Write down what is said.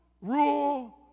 rule